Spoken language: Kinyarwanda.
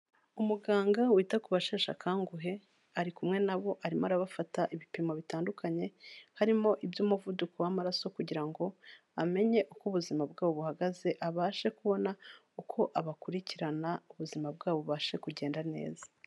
Umuganga wita ku basheshe akangohe ari kumwe nabo, arimo arabafata ibipimo bitandukanye, harimo iby'umuvuduko w'amaraso kugira ngo amenye uko ubuzima bwabo buhagaze abashe kubona uko abakurikirana ubuzima bwabo bubashe kugenda neza.